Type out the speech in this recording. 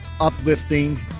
uplifting